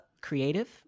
creative